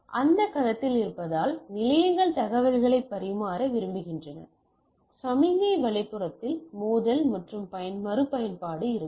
ஒரே மோதல் களத்தில் இருப்பதால் நிலையங்கள் தகவல்களைப் பரிமாற விரும்புகின்றன சமிக்ஞை வலதுபுறத்தில் மோதல் மற்றும் மறுபயன்பாடு இருக்கும்